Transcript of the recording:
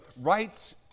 rights